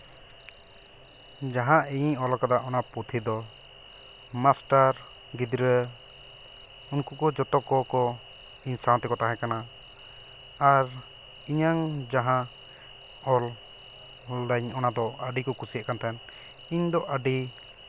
ᱡᱟᱦᱟᱸ ᱤᱧᱤᱧ ᱚᱞᱟᱠᱟᱫᱟ ᱚᱱᱟ ᱯᱩᱛᱷᱤ ᱫᱚ ᱢᱟᱥᱴᱟᱨ ᱜᱤᱫᱽᱨᱟᱹ ᱩᱱᱠᱩ ᱠᱚ ᱡᱚᱛᱚ ᱠᱚᱠᱚ ᱤᱧ ᱥᱟᱶ ᱛᱮᱠᱚ ᱛᱟᱦᱮᱸᱠᱟᱱᱟ ᱟᱨ ᱤᱧᱟᱹᱝ ᱡᱟᱦᱟᱸ ᱚᱞ ᱚᱞᱫᱟᱹᱧ ᱚᱱᱟ ᱫᱚ ᱟᱹᱰᱤ ᱠᱚ ᱠᱩᱥᱤᱭᱟᱜ ᱠᱟᱱ ᱛᱟᱦᱮᱱ ᱤᱧ ᱫᱚ ᱟᱹᱰᱤ